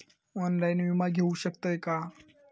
Online विमा घेऊ शकतय का?